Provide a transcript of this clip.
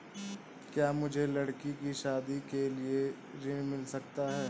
क्या मुझे लडकी की शादी के लिए ऋण मिल सकता है?